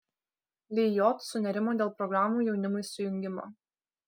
lijot sunerimo dėl programų jaunimui sujungimo